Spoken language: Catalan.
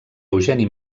eugeni